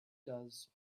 does